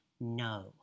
no